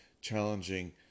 challenging